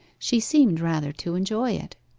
she seemed rather to enjoy it,